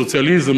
סוציאליזם,